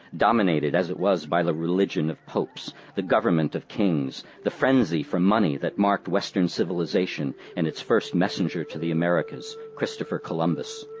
dominated as it was by the religion of popes, the government of kings, the frenzy for money that marked western civilization and its first messenger to the americas, christopher columbus.